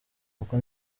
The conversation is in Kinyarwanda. kuko